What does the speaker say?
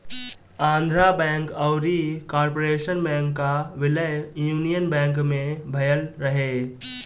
Andhra bank अउरी corporation bank कअ विलय यूनियन बैंक में भयल रहे